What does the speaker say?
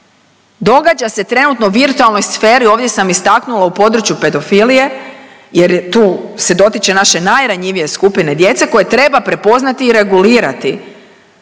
događa se trenutno u virtualnoj sferi. Ovdje sam istaknula u području pedofilije jer je tu se dotiče naše najranjivije skupine djece, koje treba prepoznati i regulirati.